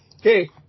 Hey